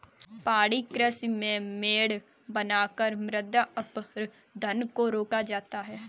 पहाड़ी कृषि में मेड़ बनाकर मृदा अपरदन को रोका जाता है